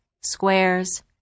squares